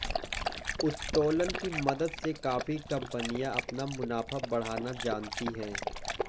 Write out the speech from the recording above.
उत्तोलन की मदद से काफी कंपनियां अपना मुनाफा बढ़ाना जानती हैं